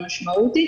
המשמעות היא,